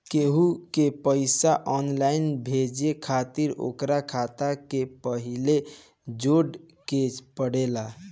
केहू के पईसा ऑनलाइन भेजे खातिर ओकर खाता के पहिले जोड़े के पड़ेला